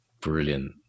brilliant